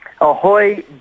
Ahoy